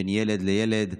בין ילד לילד,